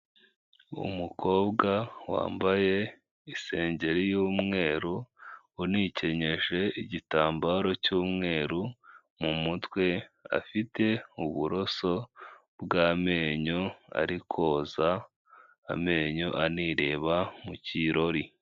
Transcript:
Umukobwa wambaye isengeri y'umweru ,unikenyeje igitambaro cy'umweru mu mutwe, afite uburoso bw'amenyo ari koza amenyo anireba mu kirori.